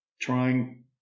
trying